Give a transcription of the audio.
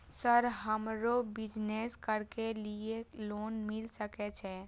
Sir हमरो business करके ली ये लोन मिल सके छे?